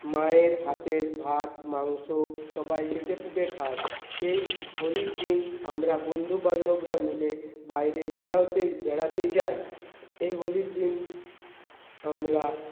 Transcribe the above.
মায়ের হাতের ভাত মাংস সবাই চেটেপুটে খায় এই হোলির দিন আমরা বন্ধুবান্ধবরা মিলে বাইরে বেড়াতে বেড়াতে যাই এই হোলির দিন আমরা